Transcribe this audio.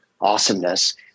awesomeness